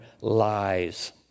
lies